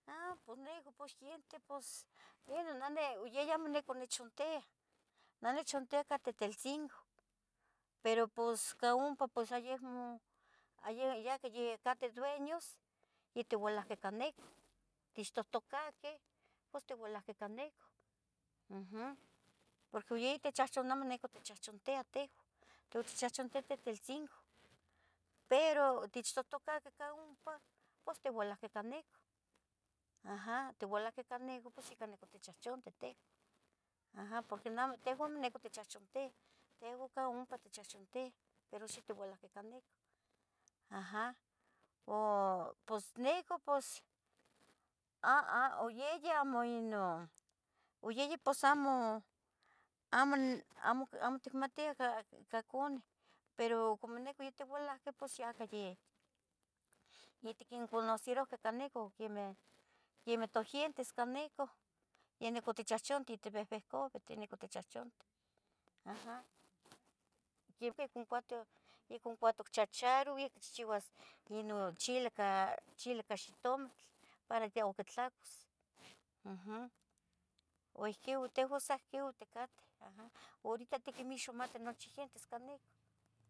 Ha pos nicu pos giente pos neh ni o yeh ya amo nica tochantiya, neh nochantiyaca Tetelcingo, pero pos ca ompa pos ayecmo aye, yacah yeh cateh dueños, otiualahque ca nica, tichtohtocaqueh, pos tiualahqueh ca nicu, uhm, porque yih tichahchan amo nicu otichachantia tehua, tehua tichahchantiah Tetelcingo, pero techtotocaqueh ca ompa, pos tiualahqueh ca nica, aha otiualahqueh ca nica pos ica nica tichahchantih tehua, aha, porque neh am tehua amo nica otichahchantiah, tehua ca ompa tichahchantiah, pero xa tiualahque ca nica, aha. O pos nicu pos a. a o yeyi amo ino oyeyi pos amo, amo, n amo ic amo ticmatih ca ca cunih, pero como nicu yotiualahqueh pos, ya ca yeh yotiquinconocerohqueh ca nicu quemeh, quemeh togientes ca nicu, ya nicu tichahchantih yatibehcabi tanicu tichahchantih, aha. Yiconcuatoc, yiconcuatoc chacharo yaicchiuas ino chile ca chile ca xitomatl, para ya ocquitlacuas, uhm, u ihquiu tehua sa ihquiu ticateh, aha, horita tiquixmatih nochi gientes ca nicah.